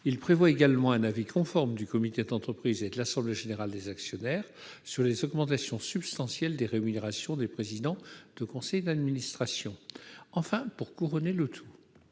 Il prévoit également un avis conforme du comité d'entreprise et de l'assemblée générale des actionnaires sur les augmentations substantielles des rémunérations du président du conseil d'administration. Le III tend à